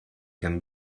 can